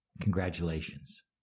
Congratulations